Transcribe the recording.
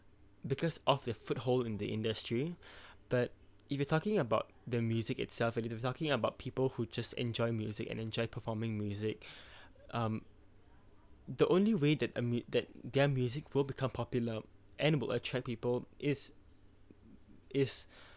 because of their foothold in the industry but if you're talking about the music itself if you to be talking about people who just enjoy music and enjoyed performing music um the only way that a mu~ that their music will become popular and will attract people is is